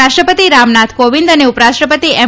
રાષ્ટ્રપતિ રામનાથ કોવિંદ અને ઉપરાષ્ટ્રપતિ એમ